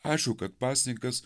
aišku kad pasninkas